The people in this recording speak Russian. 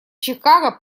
чикаго